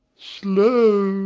slow!